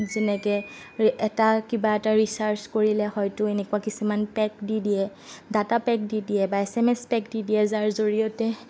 যেনেকে এটা কিবা এটা ৰিচাৰ্জ কৰিলে হয়তো এনেকুৱা কিছুমান পেক দি দিয়ে ডাটা পেক দি দিয়ে বা এছ এম এছ পেক দি দিয়ে যাৰ জড়িয়তে